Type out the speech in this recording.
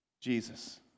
Jesus